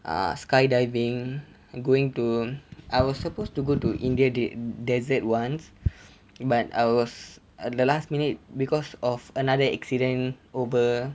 uh skydiving going to I was supposed to go to india de~ desert once but I was at the last minute because of another accident over